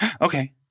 Okay